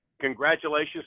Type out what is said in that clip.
congratulations